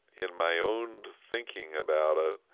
in my own thinking about ah